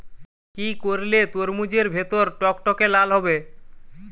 কি করলে তরমুজ এর ভেতর টকটকে লাল হবে?